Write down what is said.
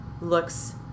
looks